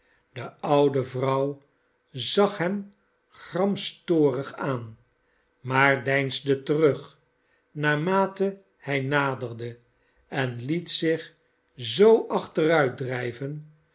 de oude vrouw zag hem gramstorig aan maar deinsde terug naarmate hij naderde en liet zich zoo achteruit drijven